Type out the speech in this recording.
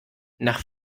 nach